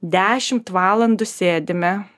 dešimt valandų sėdime